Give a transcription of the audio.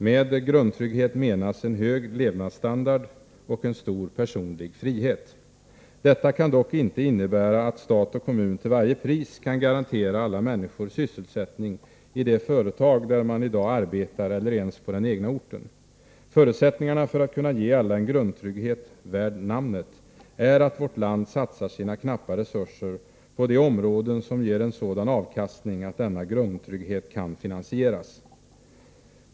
Med grundtrygghet menas en hög levnadsstandard och en stor personlig frihet. Detta kan dock inte innebära att stat och kommun till varje pris kan garantera alla människor sysselsättning i de företag där man i dag arbetar eller ens på den egna orten. Förutsättningarna för att kunna ge alla en grundtrygghet värd namnet är att vårt land satsar sina knappa resurser på de områden som ger sådan avkastning att denna grundtrygghet kan finansieras.